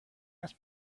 ask